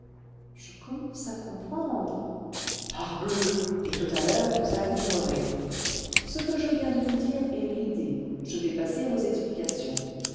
je commence à comprendre parbleu et tout à l'heure vous admirerez ce que je viens de vous dire est l'idée je vais passer aux explications